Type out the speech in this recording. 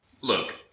Look